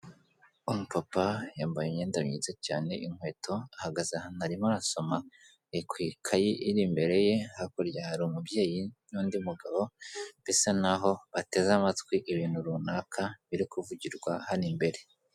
Umu papa yambaye imyenda myiza cyane inkweto ahagaze ahantu arimo arasoma ku ikayi iri imbere ye hakurya hari umubyeyi n'undi mugabo bisa naho bateze amatwi ibintu runaka biri kuvugirwa hano imbere.